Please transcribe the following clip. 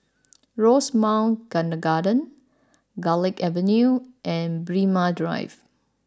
Rosemount Kindergarten Garlick Avenue and Braemar Drive